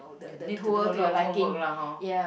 you need to do a lot of homework lah hor